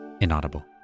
Inaudible